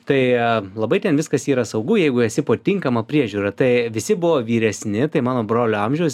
tai labai ten viskas yra saugu jeigu esi po tinkama priežiūra tai visi buvo vyresni tai mano brolio amžiaus